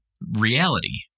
reality